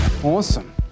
Awesome